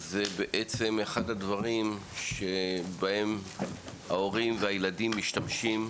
זהו, בעצם, אחד הדברים ההורים והילדים משתמשים,